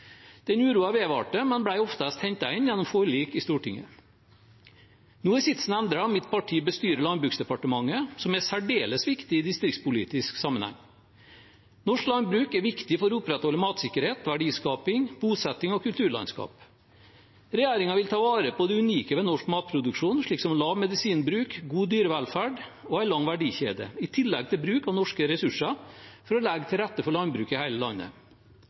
Den uroen vedvarte, men ble oftest hentet inn gjennom forlik i Stortinget. Nå er sitsen endret – mitt parti bestyrer Landbruksdepartementet, som er særdeles viktig i distriktspolitisk sammenheng. Norsk landbruk er viktig for å opprettholde matsikkerhet, verdiskaping, bosetting og kulturlandskap. Regjeringen vil ta vare på det unike ved norsk matproduksjon, som lav medisinbruk, god dyrevelferd og en lang verdikjede, i tillegg til bruk av norske ressurser, for å legge til rette for landbruk i hele landet.